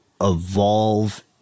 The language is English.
evolve